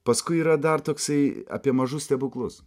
paskui yra dar toksai apie mažus stebuklus